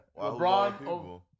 LeBron